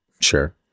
Sure